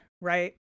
right